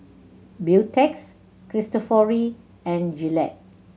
Beautex Cristofori and Gillette